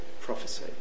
prophecy